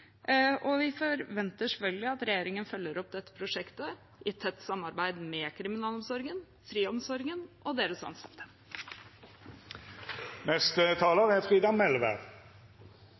og vi forventer selvfølgelig at regjeringen følger opp dette prosjektet i tett samarbeid med kriminalomsorgen, friomsorgen og deres ansatte. Det er veldig gledeleg at dette er